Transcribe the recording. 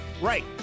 Right